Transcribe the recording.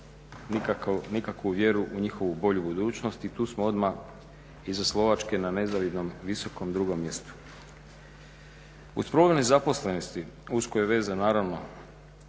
nikakvu vjeru u njihovu bolju budućnost i tu smo odmah iza Slovačke na nezavidnom visokom drugom mjestu. Uz problem nezaposlenosti usko je vezan naravno